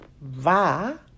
va